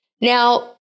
Now